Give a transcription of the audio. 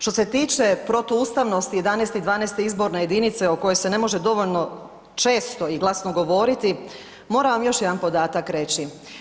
Što se tiče protuustavnosti, 11. i 12. izborne jedinice o kojoj se ne može dovoljno često i glasno govoriti, moram vam još jedan podatak reći.